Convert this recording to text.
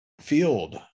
field